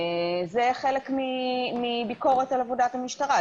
זה חלק מביקורת על עבודת המשטרה,